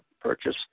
purchase